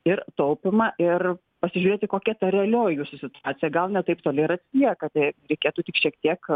ir taupymą ir pasižiūrėti kokia ta realioji jūsų situacija gal ne taip toli ir atsiliekat tai reikėtų tik šiek tiek